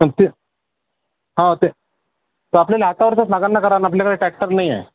पण ते हा ते तर आपल्याला हातावरचाच मागा ना कारण आपल्याकडे टॅक्टर नाही आहे